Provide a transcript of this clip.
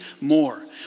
more